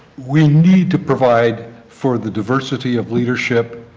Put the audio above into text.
we need to provide for the diversity of leadership